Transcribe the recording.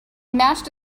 mashed